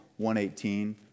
118